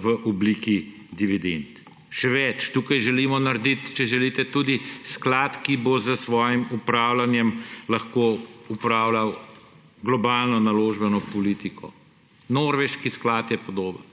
v obliki dividend. Še več. Tukaj želimo narediti tudi sklad, ki bo s svojim upravljanjem lahko upravljal globalno naložbeno politiko. Norveški sklad je podoben,